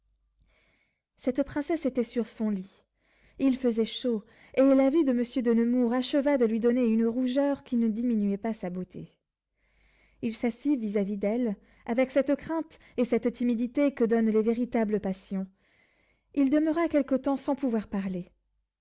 cette princesse était sur son lit il faisait chaud et la vue de monsieur de nemours acheva de lui donner une rougeur qui ne diminuait pas sa beauté il s'assit vis-à-vis d'elle avec cette crainte et cette timidité que donnent les véritables passions il demeura quelque temps sans pouvoir parler